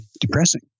depressing